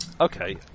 Okay